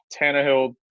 Tannehill